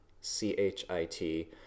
C-H-I-T